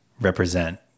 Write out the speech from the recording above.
represent